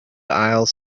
aisle